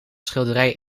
schilderij